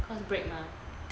cause break mah